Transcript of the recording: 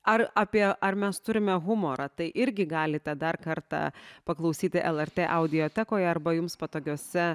ar apie ar mes turime humorą tai irgi galite dar kartą paklausyti lrt audiotekoje arba jums patogiose